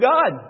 God